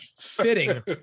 fitting